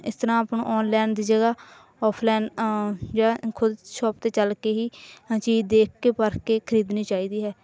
ਇਸ ਤਰ੍ਹਾਂ ਆਪਾਂ ਨੂੰ ਔਨਲਾਈਨ ਦੀ ਜਗ੍ਹਾ ਔਫਲਾਈਨ ਜਿਹੜਾ ਖੁਦ ਸ਼ੋਪ 'ਤੇ ਚੱਲ ਕੇ ਹੀ ਚੀਜ਼ ਦੇਖ ਕੇ ਪਰਖ ਕੇ ਖਰੀਦਣੀ ਚਾਹੀਦੀ ਹੈ